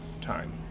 time